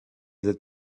that